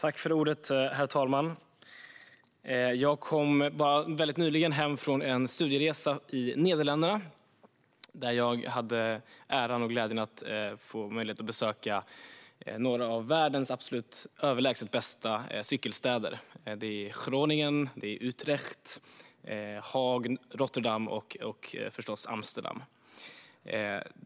Herr talman! Jag kom väldigt nyligen hem från en studieresa i Nederländerna, där jag hade äran och glädjen att få besöka några av världens absolut bästa cykelstäder: Groningen, Utrecht, Haag, Rotterdam och förstås Amsterdam.